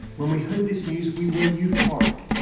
when we heard this news, we were euphoric.